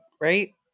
right